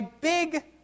big